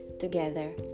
together